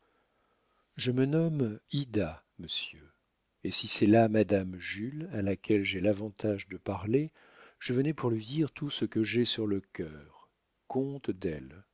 je me nomme ida monsieur et si c'est là madame jules à laquelle j'ai l'avantage de parler je venais pour lui dire tout ce que j'ai sur le cœur conte elle